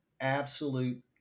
absolute